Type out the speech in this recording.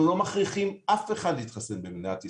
אנחנו לא מכריחים אף אחד להתחסן במדינת ישראל,